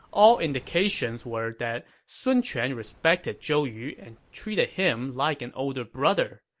all indications were that sun quan respected zhou yu and treated him like an older brother,